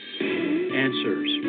Answers